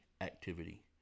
activity